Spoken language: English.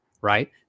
Right